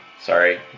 sorry